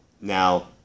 Now